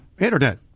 Internet